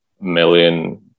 million